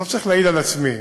אני לא צריך להעיד על עצמי,